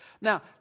Now